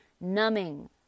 numbing